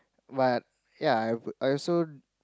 but ya I also